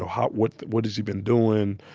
what what has he been doing,